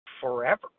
forever